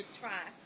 try